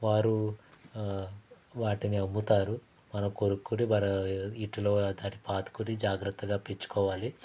వారు వాటిని అమ్ముతారు మనం కొనుక్కొని మనం ఇంటిలో దాన్ని పాతుకొని జాగ్రత్తగా పెంచుకోవాలి